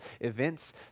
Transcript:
events